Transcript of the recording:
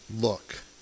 look